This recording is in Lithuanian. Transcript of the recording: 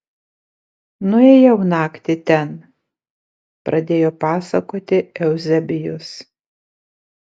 nuėjau naktį ten pradėjo pasakoti euzebijus